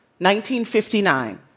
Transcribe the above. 1959